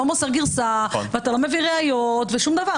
מוסר גרסה ואתה לא מביא ראיות ושום דבר.